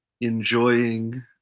enjoying